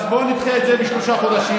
אז בוא נדחה את זה בשלושה חודשים,